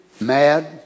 mad